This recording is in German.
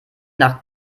nach